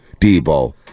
Debo